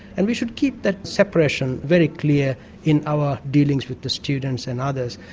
and we should keep that separation very clear in our dealings with the students and others.